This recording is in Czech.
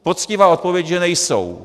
Poctivá odpověď je, že nejsou.